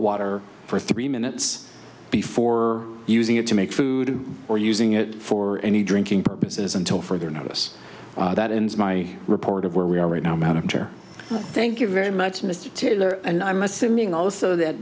water for three minutes before using it to make food or using it for any drinking purposes until further notice that in my report of where we are right now madam chair thank you very much mr taylor and i'm assuming also that